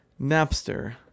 Napster